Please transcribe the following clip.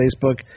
Facebook